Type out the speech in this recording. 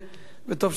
וטוב שהתנצלת.